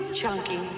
Chunky